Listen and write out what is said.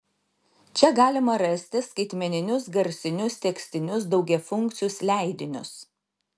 čia galima rasti skaitmeninius garsinius tekstinius daugiafunkcius leidinius